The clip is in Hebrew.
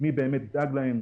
מי באמת ידאג להם.